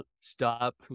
stop